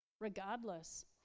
regardless